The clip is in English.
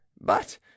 But